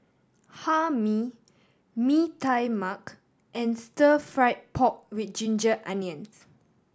Hae Mee Mee Tai Mak and Stir Fried Pork With Ginger Onions